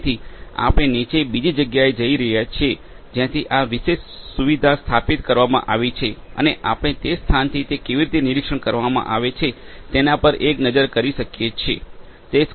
તેથી આપણે નીચે બીજી જગ્યાએ જઇ રહ્યા છીએ જ્યાંથી આ વિશેષ સુવિધા સ્થાપિત કરવામાં આવી છે અને આપણે તે સ્થાનથી તે કેવી રીતે નિરીક્ષણ કરવામાં આવે છે તેના પર એક નજર કરી શકીએ છીએ